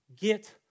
get